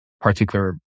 particular